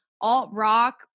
alt-rock